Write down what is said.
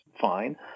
fine